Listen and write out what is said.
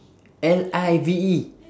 L I V E